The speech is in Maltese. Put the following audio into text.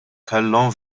kellhom